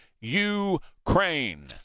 Ukraine